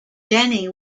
denny